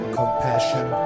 compassion